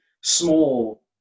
small